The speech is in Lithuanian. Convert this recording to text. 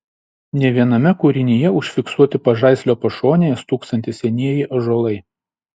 ne viename kūrinyje užfiksuoti pažaislio pašonėje stūksantys senieji ąžuolai